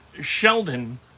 Sheldon